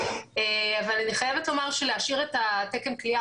אני חייבת לומר שלהשאיר את תקן הכליאה